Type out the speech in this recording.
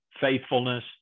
faithfulness